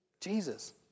Jesus